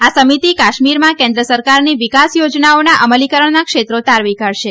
આ સમિતી કાશ્મીરમાં કેન્દ્ર સરકારની વિકાસ યોજનાઓના અમલીકરણના ક્ષેત્રો તારવી કાઢશે